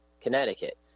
Connecticut